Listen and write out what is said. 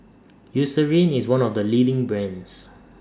Eucerin IS one of The leading brands